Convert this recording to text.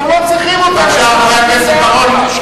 אתם לא צריכים אותם, בבקשה, חבר הכנסת בר-און.